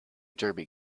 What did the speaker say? derby